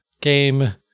game